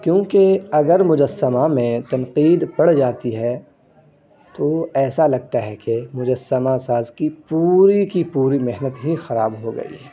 کیونکہ اگر مجسمہ میں تنقید پڑ جاتی ہے تو ایسا لگتا ہے کہ مجسمہ ساز کی پوری کی پوری محںت ہی خراب ہو گئی